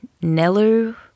Nelu